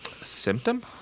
Symptom